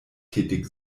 tätig